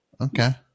Okay